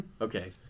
Okay